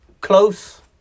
close